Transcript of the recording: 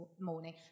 morning